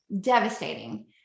devastating